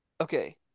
Okay